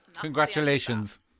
Congratulations